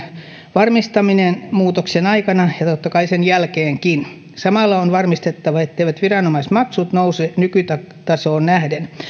varmistamisesta muutoksen aikana ja totta kai sen jälkeenkin samalla on varmistettava etteivät viranomaismaksut nouse nykytasoon nähden